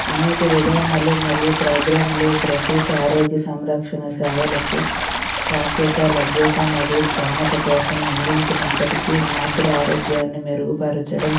అనేక విధానాలు మరియు ప్రోగ్రాంలు ప్రసూతి ఆరోగ్య సంరక్షణ సేవలకు ప్రాప్యత లభ్యత మరియు స్తోమత కోసం అందించినప్పటికీ మాతృ ఆరోగ్యాన్ని మెరుగుపరచడం